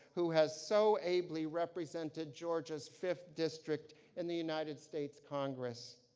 who has so ably represented georgia's fifth district in the united states congress.